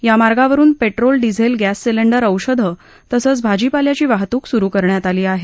या मार्गावरून petrol diesel gas cylinder औषधं तसंच भाजीपाल्याची वाहतूक सुरू करण्यात आली आहे